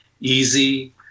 easy